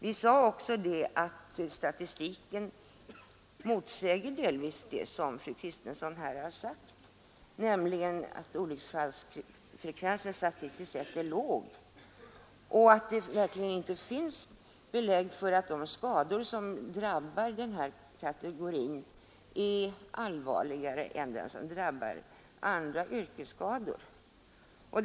Vi sade också att statistiken delvis motsäger det som fru Kristensson här påstått, att olycksfallsfrekvensen statistiskt sett är låg och att det verkligen inte finns belägg för att de skador som drabbar denna kategori skulle vara allvarligare än de som drabbar andra yrkesgrupper.